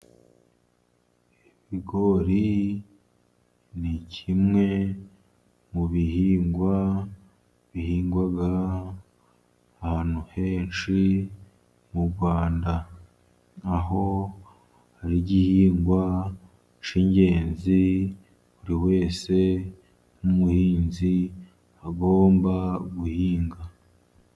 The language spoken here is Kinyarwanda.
Ibigori ni kimwe mu bihingwa bihingwa ahantu henshi mu Rwanda, aho ari igihingwa cy'ingenzi buri wese nk'umuhinzi agomba guhinga.